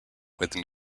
within